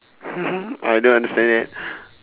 I don't understand it